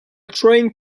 trying